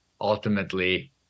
ultimately